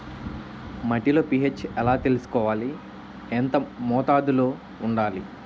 మట్టిలో పీ.హెచ్ ఎలా తెలుసుకోవాలి? ఎంత మోతాదులో వుండాలి?